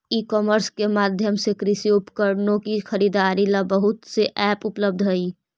ई commerce के माध्यम से कृषि उपकरणों की खरीदारी ला बहुत से ऐप उपलब्ध हई